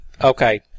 Okay